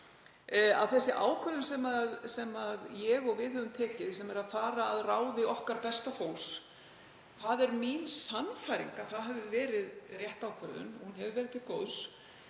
að sú ákvörðun sem ég og við höfum tekið, sem er að fara að ráði okkar besta fólki, það er mín sannfæring að það hafi verið rétt ákvörðun. Hún hefur verið til góðs.